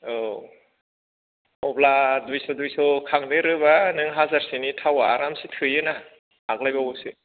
औ अब्ला दुइस' दुइस' खांदेरोबा नों हाजारसेनि थाव आरामसे थोयोना आग्लाय बावोसो